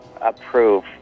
approve